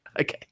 Okay